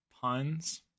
Puns